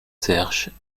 serge